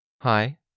Hi